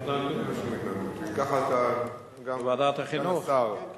ועדת החינוך.